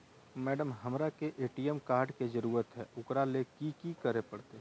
Madam, हमरा के ATM card के जरूरत है ऊकरा ले की की करे परते?